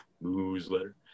newsletter